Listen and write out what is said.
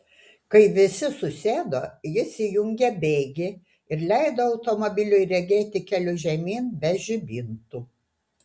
kai visi susėdo jis įjungė bėgį ir leido automobiliui riedėti keliu žemyn be žibintų